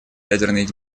ядерной